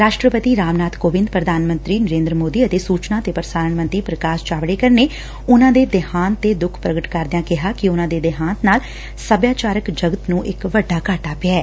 ਰਾਸ਼ਟਰਪਤੀ ਰਾਮਨਾਬ ਕੋਵਿੰਦ ਪ੍ਰਧਾਨ ਮੰਤਰੀ ਨਰੇਂਦਰ ਮੋਦੀ ਅਤੇ ਸੁਚਨਾ ਤੇ ਪ੍ਰਸਾਰਣ ਮੰਤਰੀ ਪ੍ਰਕਾਸ਼ ਜਾਵੜੇਕਰ ਨੇ ਉਨਾਂ ਦੇ ਦੇਹਾਂਤ ਤੇ ਦੁੱਖ ਪੁਗਟ ਕਰਦਿਆਂ ਕਿਹਾ ਕਿ ਉਨਾਂ ਦੇ ਦੇਹਾਂਤ ਨਾਲ ਸਭਿਆਚਾਰਕ ਜਗਤ ਨੁੰ ਵੱਡਾ ਘਾਟਾ ਪਿਐ